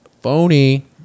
phony